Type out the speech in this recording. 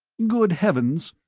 good heavens,